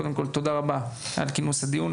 קודם כול תודה רבה על כינוס הדיון.